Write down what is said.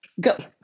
Go